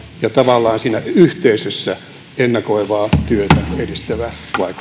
ja tavallaan siinä yhteisössä ennakoivaa työtä edistävä